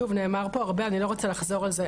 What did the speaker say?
שוב, נאמר פה הרבה ואני לא רוצה לחזור על זה.